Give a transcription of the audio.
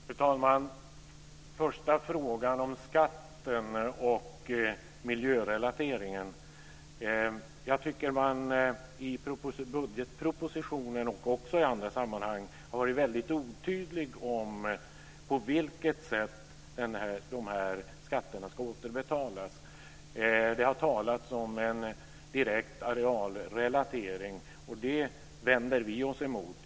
Fru talman! Den första frågan handlade om skatten och miljörelateringen. Jag tycker att man i budgetpropositioner och i andra sammanhang har varit väldigt otydlig om på vilket sätt dessa skatter ska återbetalas. Det har talats om en direkt arealrelatering, men det vänder vi oss emot.